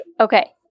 Okay